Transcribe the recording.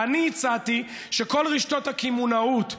אני הצעתי שכל רשתות הקמעונאות,